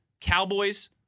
Cowboys